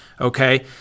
okay